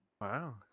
Wow